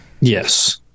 Yes